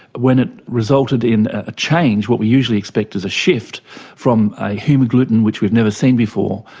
when it resulted in a change what we usually expect is a shift from a hemagglutinin which we've never seen before.